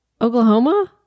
Oklahoma